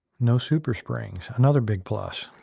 no super springs. another big plus.